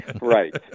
Right